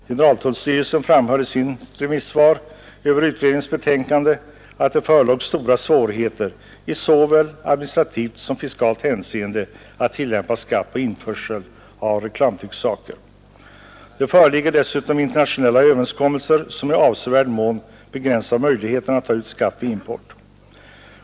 Generaltullstyrelsen framhöll i sitt remissvar över utredningens betänkande att det förelåg stora svårigheter i såväl administrativt som fiskalt hänseende att tillämpa skatt på införsel av reklamtrycksaker. Det föreligger dessutom internationella överenskommelser som i avsevärd mån begränsar möjligheterna att ta ut skatt vid import.